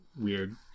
weird